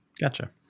Gotcha